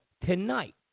tonight